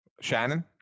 shannon